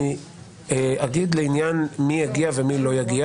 אני אומר מי יגיע ומי לא יגיע.